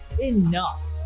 enough